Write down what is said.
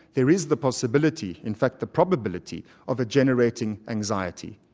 there is the possibility, in fact the probability, of a generating anxiety,